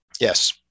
yes